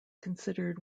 considered